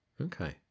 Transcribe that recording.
Okay